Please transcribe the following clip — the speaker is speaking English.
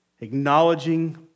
acknowledging